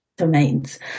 domains